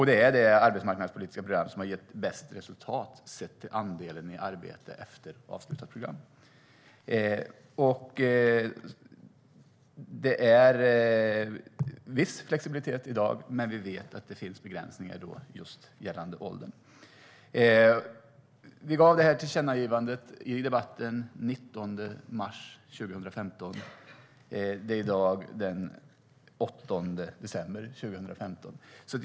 Det är det arbetsmarknadspolitiska program som har gett bäst resultat sett till andelen i arbete efter avslutat program. Det är i dag viss flexibilitet. Men vi vet att det finns begränsningar gällande åldern. Vi gav tillkännagivandet i debatten den 19 mars 2015. Det är i dag den 8 december 2015.